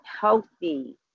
healthy